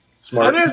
smart